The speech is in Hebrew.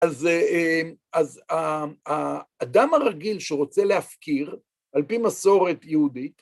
אז האדם הרגיל שרוצה להפקיר על פי מסורת יהודית